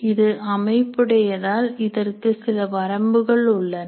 இது அமைப்புடையதால் இதற்கு சில வரம்புகள் உள்ளன